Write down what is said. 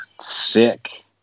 sick